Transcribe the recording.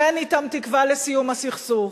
שאין אתם תקווה לסיום הסכסוך.